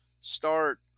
start